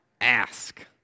ask